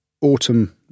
autumn